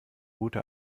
route